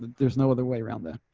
there's no other way around the